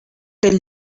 del